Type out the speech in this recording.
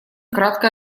кратко